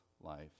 life